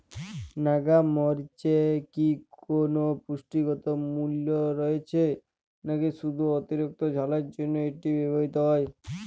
নাগা মরিচে কি কোনো পুষ্টিগত মূল্য রয়েছে নাকি শুধু অতিরিক্ত ঝালের জন্য এটি ব্যবহৃত হয়?